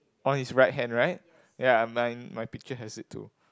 on his right hand right ye mine my picture has it too